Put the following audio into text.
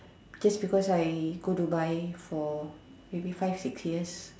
just because I go Dubai for maybe five six years